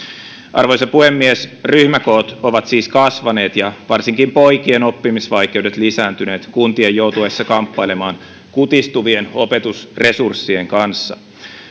arvoisa puhemies ryhmäkoot ovat siis kasvaneet ja varsinkin poikien oppimisvaikeudet lisääntyneet kuntien joutuessa kamppailemaan kutistuvien opetusresurssien kanssa